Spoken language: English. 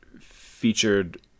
featured